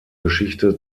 geschichte